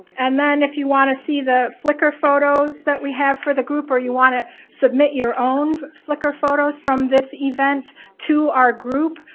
and then if you wanna see the flickr photos that we have for the group or you wanna submit your own flickr photos from this event to our group,